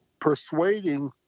persuading